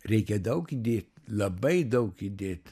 reikia daug įdėt labai daug įdėt